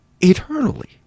eternally